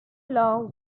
law